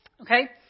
Okay